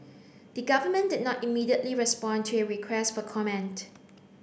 the government did not immediately respond to a request for comment